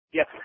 Yes